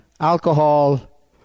Alcohol